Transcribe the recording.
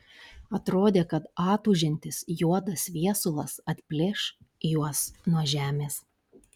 atrodė kad atūžiantis juodas viesulas atplėš juos nuo žemės